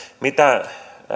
mitä